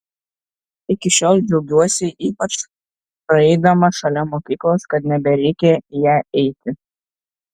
iki šiol džiaugiuosi ypač praeidama šalia mokyklos kad nebereikia į ją eiti